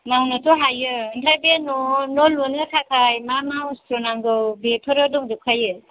मावनोथ' हायो ओमफ्राय बे न' न' लुनो थाखाय मा मा अस्थ्र' नांगौ बेफोरो दंजोबखायो